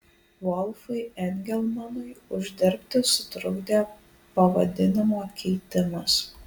volfui engelmanui uždirbti sutrukdė pavadinimo keitimas